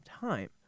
time